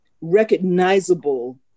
recognizable